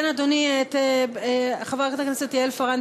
לשנת הכספים